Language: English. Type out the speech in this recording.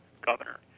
governor